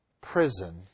prison